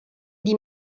die